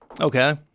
Okay